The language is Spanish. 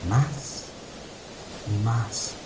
más y más